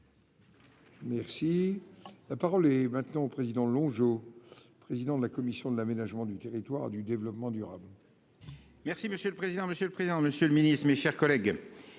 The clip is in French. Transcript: Merci, la parole est maintenant au président Longeau, président de la commission de l'aménagement du territoire et du développement durable. Merci monsieur le président, monsieur le président, Monsieur le Ministre, mes chers collègues,